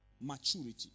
Maturity